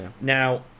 Now